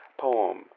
poem